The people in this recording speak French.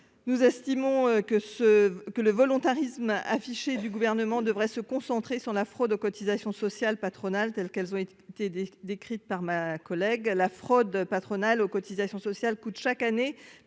nous estimons que ce que le volontarisme affiché du gouvernement devrait se concentrer sur la fraude aux cotisations sociales patronales telles qu'elles ont été des décrite par ma collègue la fraude patronale aux cotisations sociales coûtent chaque année